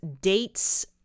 dates